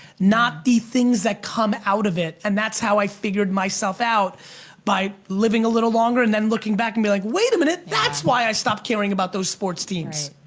not the things that come out of it. and that's how i figured myself out by living a little longer and then looking back and being like, wait a minute, that's why i stopped caring about those sports teams.